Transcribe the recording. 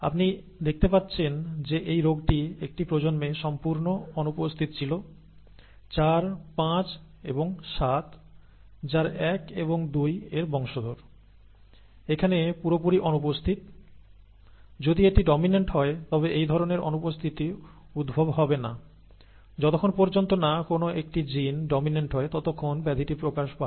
আপনি দেখতে পাচ্ছেন এই রোগটি একটি সম্পূর্ণ প্রজন্মে অনুপস্থিত 1 এবং 2 এর সন্তান 4 5 এবং 7 এরমধ্যে রোগটি একেবারেই দেখা যায়নি এটি যদি ডমিনেন্ট হত তাহলে রোগটির এই ধরনের অনুপস্থিতি দেখা যেত না কারণ যতক্ষণ জিন গুলির মধ্যে একটি ডমিন্যান্ট হয় ততক্ষণ রোগটি প্রকাশ পায়